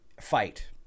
fight